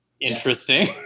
interesting